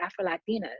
Afro-Latinas